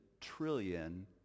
trillion